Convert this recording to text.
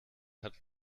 hat